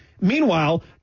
Meanwhile